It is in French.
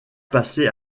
passer